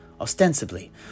ostensibly